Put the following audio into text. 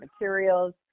materials